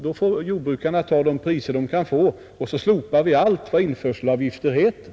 Då får jordbrukarna ta de priser de kan få och vi slopar alla införselavgifter. hemska livsmedels